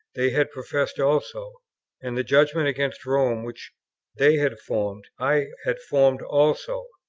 they had professed also and the judgment against rome which they had formed, i had formed also.